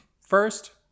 First